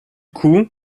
coup